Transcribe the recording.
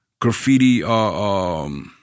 graffiti